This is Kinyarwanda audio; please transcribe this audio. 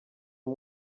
ari